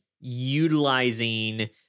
utilizing